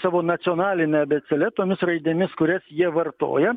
savo nacionaline abėcėle tomis raidėmis kurias jie vartoja